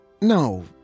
no